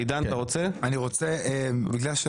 לפני כן אני רוצה להזכיר